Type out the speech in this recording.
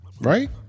Right